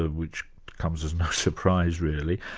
ah which comes as no surprise really.